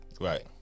Right